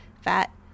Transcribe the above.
fat